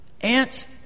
ants